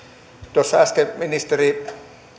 tuossa äsken ministeri